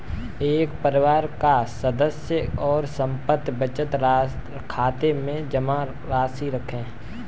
एक परिवार का सदस्य एक समर्पित बचत खाते में जमा राशि रखेगा